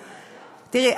תראי,